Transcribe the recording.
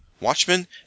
Watchmen